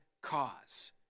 cause